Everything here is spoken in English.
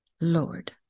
Lord